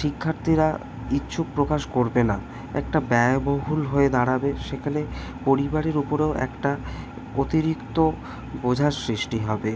শিক্ষার্থীরা ইচ্ছুক প্রকাশ করবে না একটা ব্যয়বহুল হয়ে দাঁড়াবে সেকালে পরিবারের উপরেও একটা অতিরিক্ত বোঝার সৃষ্টি হবে